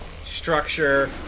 structure